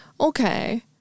Okay